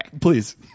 Please